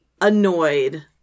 annoyed